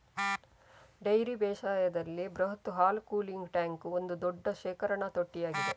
dairy ಬೇಸಾಯದಲ್ಲಿ ಬೃಹತ್ ಹಾಲು ಕೂಲಿಂಗ್ ಟ್ಯಾಂಕ್ ಒಂದು ದೊಡ್ಡ ಶೇಖರಣಾ ತೊಟ್ಟಿಯಾಗಿದೆ